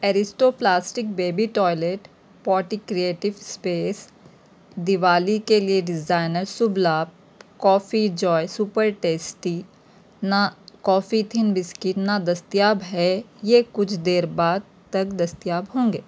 Aristo plastic baby toilet potty creative space Diwali کے لیے designer Shubh Labh coffee joy super tasty نا coffee thin biscuit نادستیاب ہے یہ کچھ دیر بعد تک دستیاب ہوں گے